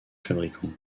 fabricant